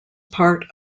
part